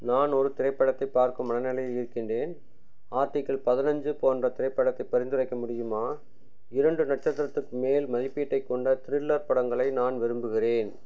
நான் ஒரு திரைப்படத்தைப் பார்க்கும் மனநிலையில் இருக்கின்றேன் ஆர்டிக்கிள் பதினஞ்சு போன்ற திரைப்படத்தைப் பரிந்துரைக்க முடியுமா இரண்டு நட்சத்திரத்துக்கு மேல் மதிப்பீட்டைக் கொண்ட த்ரில்லர் படங்களை நான் விரும்புகிறேன்